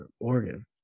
Oregon